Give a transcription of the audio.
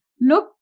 look